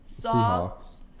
Seahawks